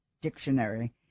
Dictionary